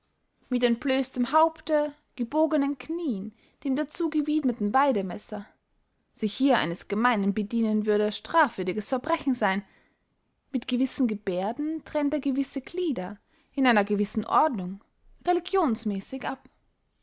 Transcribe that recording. mit entblößtem haupte gebogenen knien dem dazu gewiedmeten waidemesser sich hier eines gemeinen bedienen würde strafwürdiges verbrechen seyn mit gewissen geberden trennt er gewisse glieder in einer gewissen ordnung religionsmäßig ab